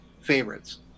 favorites